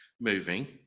moving